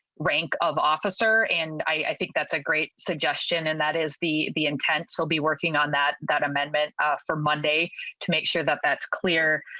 rank of officer and i think that's a great suggestion and that is the the intense will be working on that that amendment for monday to make sure that that's clear.